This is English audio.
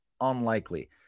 unlikely